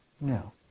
No